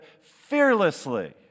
fearlessly